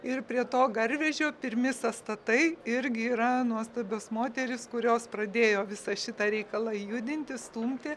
ir prie to garvežio pirmi sąstatai irgi yra nuostabios moterys kurios pradėjo visą šitą reikalą judinti stumti